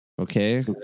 Okay